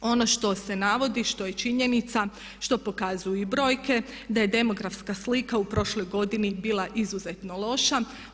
Ono što se navodi, što je činjenica što pokazuju i brojke da je demografska slika u prošloj godini bila izuzetno loša.